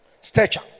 stature